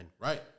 Right